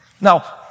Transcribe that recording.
Now